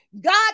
God